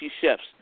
chefs